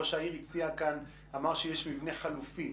ראש העיר אמר שיש מבנה חלופי.